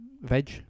Veg